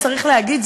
צריך להגיד,